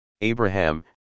Abraham